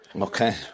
Okay